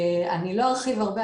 אני לא ארחיב הרבה,